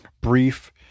brief